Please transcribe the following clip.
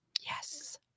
Yes